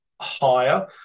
higher